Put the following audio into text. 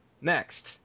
Next